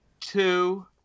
two